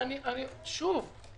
רגע, שוב,